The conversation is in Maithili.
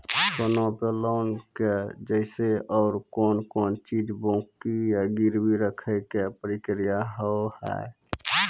सोना पे लोन के जैसे और कौन कौन चीज बंकी या गिरवी रखे के प्रक्रिया हाव हाय?